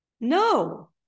No